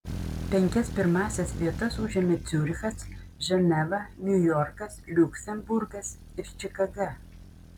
penkias pirmąsias vietas užėmė ciurichas ženeva niujorkas liuksemburgas ir čikaga